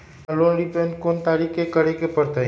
हमरा loan repayment कोन तारीख के करे के परतई?